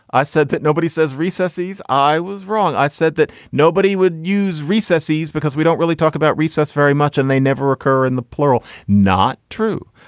i said that nobody says recesses. i was wrong. i said that nobody would use recesses because we don't really talk about recess very much and they never occur in the plural. not true.